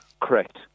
Correct